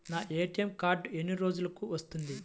నా ATM card ఎన్ని రోజులకు వస్తుంది?